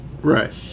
Right